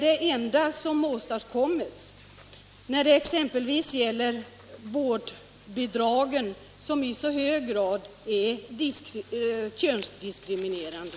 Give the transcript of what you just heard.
Det som åstadkommits — exempelvis när det gäller vårdbidragen — är ju i hög grad könsdiskriminerande.